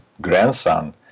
grandson